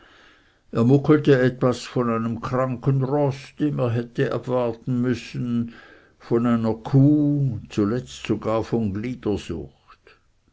er muckelte etwas von einem kranken roß dem er hätte abwarten müssen von einer kuh zuletzt sogar von